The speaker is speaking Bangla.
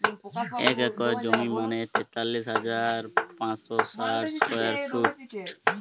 এক একর জমি মানে তেতাল্লিশ হাজার পাঁচশ ষাট স্কোয়ার ফিট